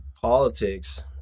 politics